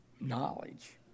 knowledge